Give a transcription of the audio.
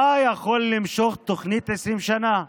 מה יכול למשוך תוכנית 20 שנה?